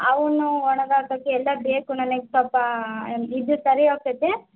ಅವನ್ನೂ ಒಣ್ಗಾಕೋಕ್ಕೆ ಎಲ್ಲ ಬೇಕು ನನಗೆ ಸೊಲ್ಪ ಇದು ಸರಿ ಹೋಗ್ತೈತೆ